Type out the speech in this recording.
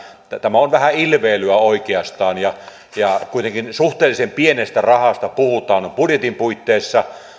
tämä on vähän ilveilyä oikeastaan ja ja kuitenkin suhteellisen pienestä rahasta puhutaan budjetin puitteissa